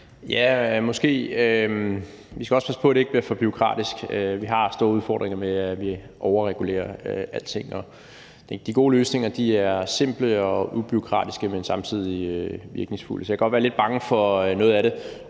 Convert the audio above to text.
Ja, måske, men vi skal også passe på, det ikke bliver for bureaukratisk. Vi har store udfordringer med, at vi overregulerer alting. De gode løsninger er simple og ubureaukratiske, men samtidig virkningsfulde. Så jeg kan godt være lidt bange for noget af det.